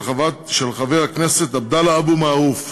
של חבר הכנסת עבדאללה אבו מערוף.